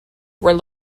were